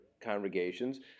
congregations